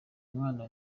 mwana